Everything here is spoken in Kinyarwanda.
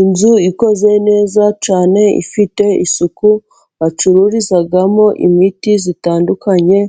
Inzu ikoze neza cyane ifite isuku, bacururizamo imiti itandukanye